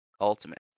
ultimate